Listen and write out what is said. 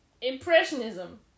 Impressionism